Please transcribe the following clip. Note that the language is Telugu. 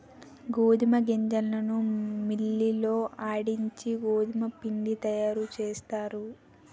గోధుమ గింజలను మిల్లి లో ఆడించి గోధుమపిండి తయారుచేస్తారు